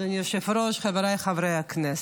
אדוני היושב-ראש, חבריי חברי הכנסת,